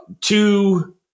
two